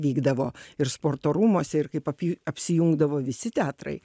vykdavo ir sporto rūmuose ir kaip api apsijungdavo visi teatrai